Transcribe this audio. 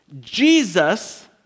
Jesus